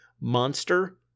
Monster